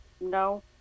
No